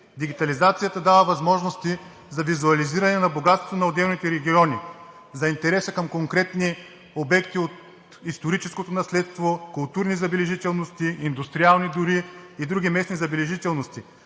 Дигитализацията дава възможности за визуализиране на богатството на отделните региони, за интереса към конкретни обекти от историческото наследство – културни забележителности, индустриални дори и други местни забележителности,